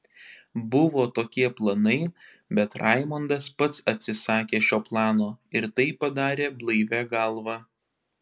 buvo tokie planai bet raimondas pats atsisakė šio plano ir tai padarė blaivia galva